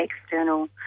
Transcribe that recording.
external